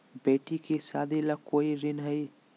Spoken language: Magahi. बेटी के सादी ला कोई ऋण हई?